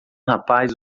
rapaz